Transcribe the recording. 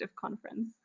conference